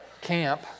camp